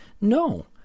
No